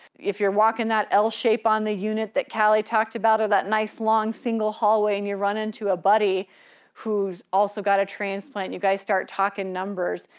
if you're walking that l shape on the unit that kelly talked about or that nice long single hallway and you run into a buddy who's also got a transplant, you guys start talking numbers,